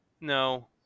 No